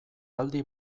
aldi